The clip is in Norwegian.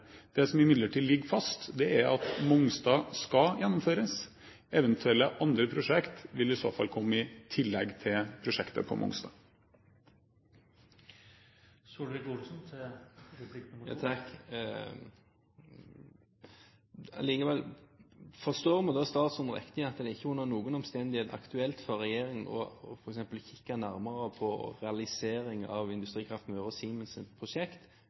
Det som imidlertid ligger fast, er at Mongstad skal gjennomføres. Eventuelle andre prosjekter vil i så fall komme i tillegg til prosjektet på Mongstad. Allikevel: Forstår vi da statsråden rett at det ikke under noen omstendighet er aktuelt for regjeringen f.eks. å kikke nærmere på realisering av Industrikraft Møre og